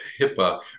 HIPAA